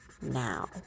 now